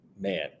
Man